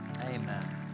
Amen